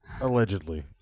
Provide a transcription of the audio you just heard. allegedly